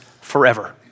forever